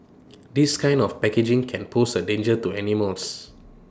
this kind of packaging can pose A danger to animals